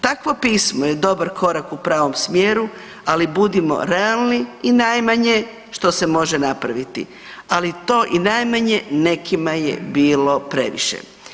Takvo pismo je dobar korak u pravom smjeru, ali budimo realni i najmanje što se može napraviti, ali to i najmanje nekima je bilo previše.